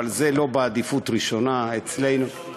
אבל זה לא בעדיפות ראשונה אצלנו.